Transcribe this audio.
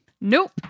Nope